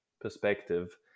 perspective